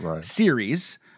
series